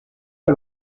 que